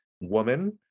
woman